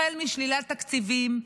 החל משלילת תקציבים,